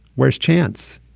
where's chance?